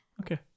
Okay